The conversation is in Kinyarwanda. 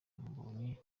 mbonyi